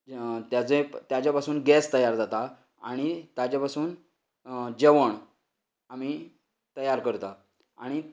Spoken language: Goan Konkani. ताज्या ताजे पासून गॅस तयार जाता आनी ताचे पासून जेवण आमी तयार करतात आनी